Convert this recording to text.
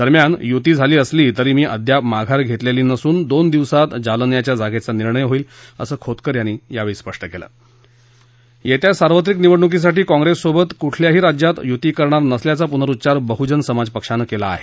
दरम्यान युती झाली असली तरी मी अद्याप माघार घेतलेली नसून दोन दिवसात जालन्याच्या जागेचा निर्णय होईल असखीतकर याप्ती यावेळी स्पष्ट केल येत्या सार्वत्रिक निवडण्कीसाठी काँप्रेससोबत कुठल्याही राज्यात यूती करणार नसल्याचा पुनरुच्चार बह्जन समाज पक्षानक्रिला आहे